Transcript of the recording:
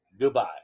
goodbye